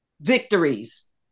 victories